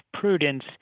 prudence